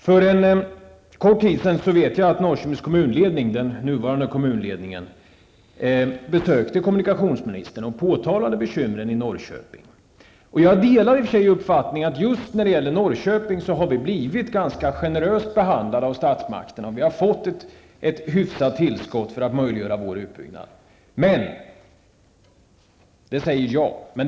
Jag vet att Norrköpings nuvarande kommunledning för en tid sedan besökte kommunikationsministern och att man då påtalade de bekymmer som finns i Norrköping. I och för sig delar jag uppfattningen att just vi i Norrköping har fått en ganska generös behandling från statsmakternas sida. Vi har fått ett hyfsat tillskott för att det skall bli möjligt att göra en utbyggnad hos oss. Det i sig är ett ja.